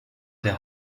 der